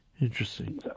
Interesting